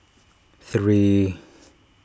three